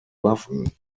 waffen